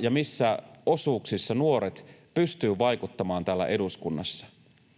ja missä osuuksissa nuoret pystyvät vaikuttamaan täällä eduskunnassa?